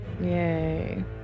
Yay